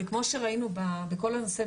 וכמו שראינו בכל הנושא,